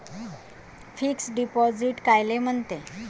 Fix deposit कायले म्हनते?